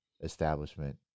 establishment